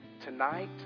Tonight